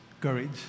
courage